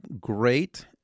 great